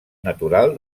natural